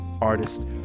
artist